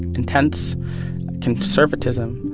intense conservatism,